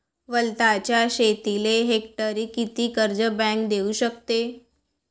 वलताच्या शेतीले हेक्टरी किती कर्ज बँक देऊ शकते?